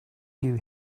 you